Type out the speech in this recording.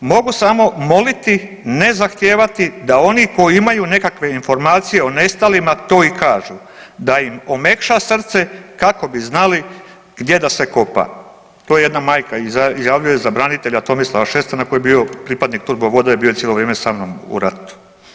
Mogu samo moliti, ne zahtijevati da oni koji imaju nekakve informacije o nestalima to i kažu da im omekša srce kako bi znali gdje da se kopa.“ To jedna majka izjavljuje za branitelja Tomislava Šestana koji je bio pripadnik turbo voda i bio je cijelo vrijeme sa mnom u ratu.